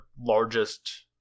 largest